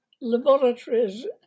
laboratories